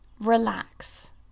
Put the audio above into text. relax